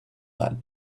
that